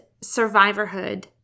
survivorhood